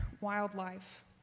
wildlife